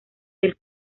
del